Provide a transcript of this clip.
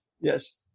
Yes